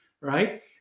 right